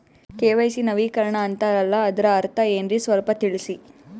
KYC ನವೀಕರಣ ಅಂತಾರಲ್ಲ ಅದರ ಅರ್ಥ ಏನ್ರಿ ಸ್ವಲ್ಪ ತಿಳಸಿ?